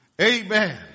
Amen